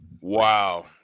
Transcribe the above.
Wow